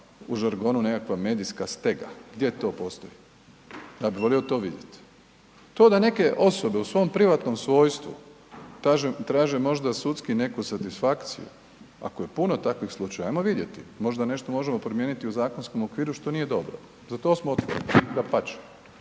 u žargonu nekakva medijska stega. Gdje to postoji? Ja bih volio to vidjeti. To da neke osobe u svom privatnom svojstvu traže možda sudski neku satisfakciju, ako je puno takvih slučajeva, ajmo vidjeti, možda nešto možemo promijeniti u zakonskom okviru što nije dobro. Za to smo otvoreni, dapače,